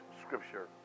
scripture